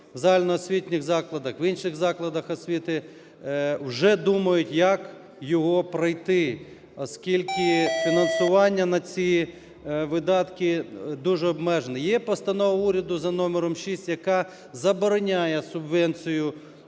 загальноосвітніх закладах, в інших закладах освіти вже думають як його пройти, оскільки фінансування на ці видатки дуже обмежені. Є постанова уряду за номером 6, яка забороняє субвенцію